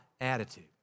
attitude